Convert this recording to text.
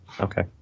okay